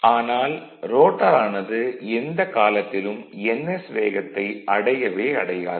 ஆனால் ரோட்டார் ஆனது எந்த காலத்திலும் ns வேகத்தை அடையவே அடையாது